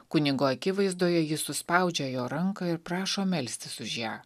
kunigo akivaizdoje jis suspaudžia jo ranką ir prašo melstis už ją